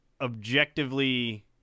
objectively